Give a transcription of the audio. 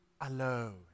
alone